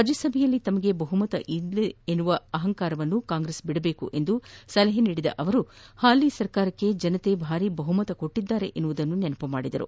ರಾಜ್ಲಸಭೆಯಲ್ಲಿ ತಮಗೆ ಬಹುಮತವಿದೆ ಎಂಬ ಅಹಂಕಾರವನ್ನು ಕಾಂಗ್ರೆಸ್ ಬಿಡಬೇಕು ಎಂದು ಸಲಹೆ ನೀಡಿದ ಅವರು ಹಾಲಿ ಸರ್ಕಾರಕ್ತೆ ಜನರು ಭಾರಿ ಬಹುಮತ ಕೊಟ್ಟದ್ದಾರೆ ಎಂಬುದನ್ನು ನೆನಪಿಸಿದರು